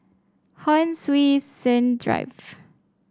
Hon Sui Sen Drive